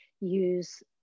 use